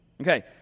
Okay